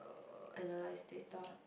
uh analyse data